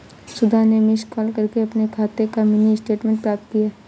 सुधा ने miss call करके अपने खाते का मिनी स्टेटमेंट प्राप्त किया